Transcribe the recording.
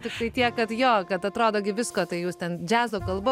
tikrai tiek kad jo kad atrado gi visko tai jūs ten džiazo kalba